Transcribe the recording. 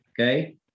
okay